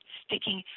sticking